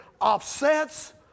offsets